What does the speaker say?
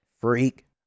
Freak